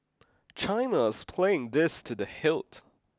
China is playing this to the hilt